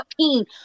14